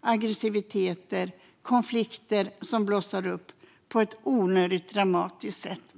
aggressivitet och konflikter blossar upp på ett onödigt dramatiskt sätt.